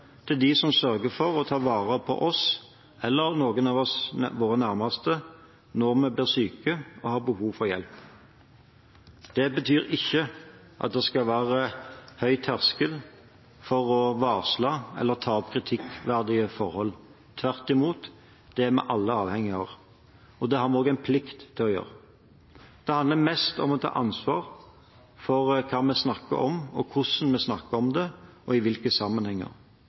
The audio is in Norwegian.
til dem som sørger for å ta vare på oss eller noen av våre nærmeste, når vi blir syke og har behov for hjelp. Det betyr ikke at det skal være en høy terskel for å varsle eller ta opp kritikkverdige forhold. Tvert imot – det er vi alle avhengige av, og det har vi også en plikt til å gjøre. Det handler mest om å ta ansvar for hva vi snakker om, hvordan vi snakker om det, og i hvilke sammenhenger.